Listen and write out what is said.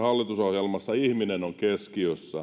hallitusohjelmassa ihminen on keskiössä